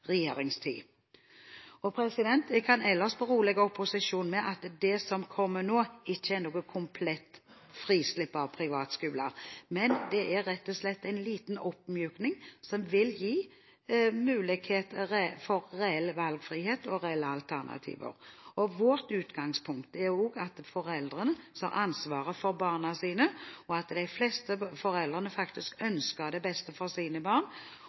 regjeringstid. Jeg kan ellers berolige opposisjonen med at det som kommer nå, ikke er noe komplett frislipp av privatskoler, men det er rett og slett en liten oppmyking som vil gi mulighet for reell valgfrihet og reelle alternativer. Vårt utgangspunkt er også at det er foreldrene som har ansvaret for barna sine, og at de fleste foreldrene faktisk ønsker det beste for sine barn.